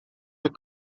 the